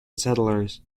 settlers